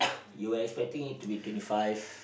you expecting it to be twenty five